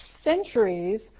centuries